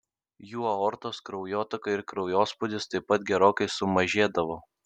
jų aortos kraujotaka ir kraujospūdis taip pat gerokai sumažėdavo